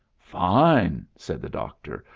fine! said the doctor.